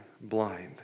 blind